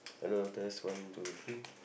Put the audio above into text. hello test one two three